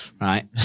Right